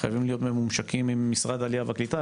חייבים להיות ממומשקים עם משרד העלייה והקליטה,